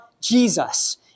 Jesus